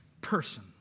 person